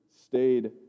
stayed